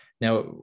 Now